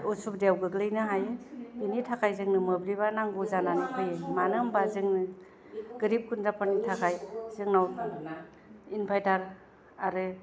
असुबिदायाव गोग्लैनो हायो बिनि थाखाय जोंनो मोब्लिबा नांगौ जानानै फैयो मानो होनबा जों गोरिब गुन्द्राफोरनि थाखाय जोंनाव इनभारथार आरो